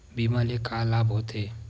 बीमा ले का लाभ होथे?